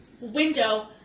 window